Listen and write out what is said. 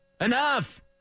enough